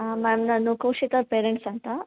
ಹಾಂ ಮ್ಯಾಮ್ ನಾನು ಪೋಷಿತಾ ಅವ್ರ ಪೇರೆಂಟ್ಸ್ ಅಂತ